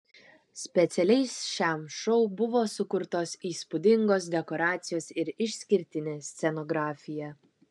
specialiai šiam šou buvo sukurtos įspūdingos dekoracijos ir išskirtinė scenografija